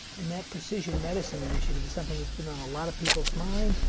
and that precision medicine initiative is something that's been on a lot of people's minds.